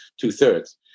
two-thirds